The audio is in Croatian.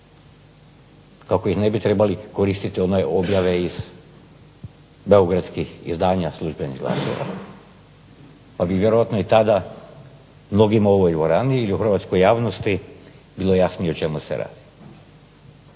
kako ne bi trebali koristiti one objave iz beogradskih izdanja službenih glasila pa bi vjerojatno i tada mnogima u ovoj dvorani ili u hrvatskoj javnosti bilo jasnije o čemu se radi.